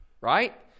Right